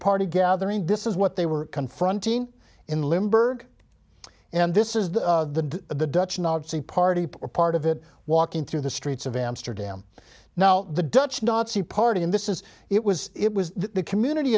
party gathering this is what they were confronting in limburg and this is the the dutch nazi party or part of it walking through the streets of amsterdam now the dutch nazi party in this is it was it was the community